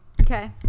Okay